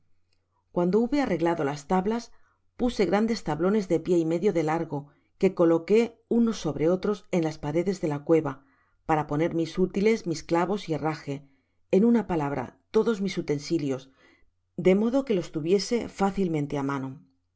guando hube arreglado las tablas puse grandes tablones de pié y medio de largo que coloqué unos sobre otros en las paredes de la cueva para poner mis útiles mis claves y y herraje en una palabra todos mis utensilios de modo que los tuviese fácilmente á mano